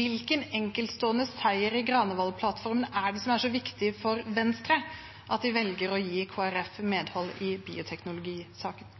Hvilken enkeltstående seier i Granavolden-plattformen er det som er så viktig for Venstre at de velger å gi Kristelig Folkeparti medhold i bioteknologisaken?